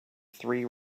three